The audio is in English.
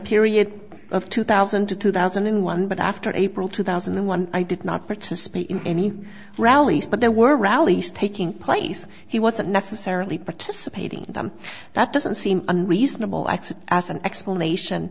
period of two thousand to two thousand and one but after april two thousand and one i did not participate in any rallies but there were rallies taking place he wasn't necessarily participating in them that doesn't seem unreasonable acts as an explanation